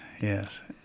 yes